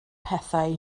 pethau